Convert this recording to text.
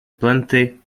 plenty